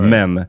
Men